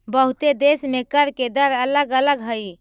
बहुते देश में कर के दर अलग अलग हई